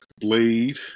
Blade